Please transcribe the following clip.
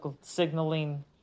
signaling